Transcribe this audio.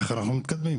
איך אנחנו מתקדמים.